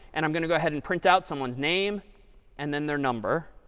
and i'm going to go ahead and print out someone's name and then their number.